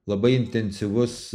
labai intensyvus